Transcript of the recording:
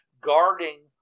guarding